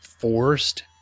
forced